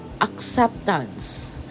acceptance